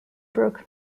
broke